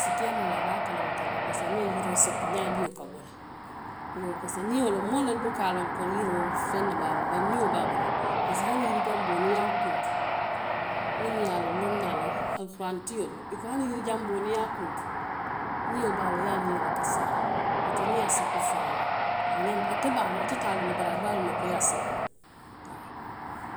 A see koo le a be a kalanmuta la le, kantu niŋ ye yiroo seppu ñaajio ka bo le. Parise ke nio lemu i yoo moolu le muka a loŋ ko feŋ ne be a la bari nio be a la. Hani yiri janboo niŋ i ye a kuntu. Minnu ye a loŋ, lonnaalu, alikuranitiolu i ko hani yirijanboo niŋ i ye a kuntu nio be a la ie, i ye a nio le kasaara. Woto niŋ i ye a seppu faŋo la, i te a loŋ bari a be a loŋ na le ko i ye a seppuu le.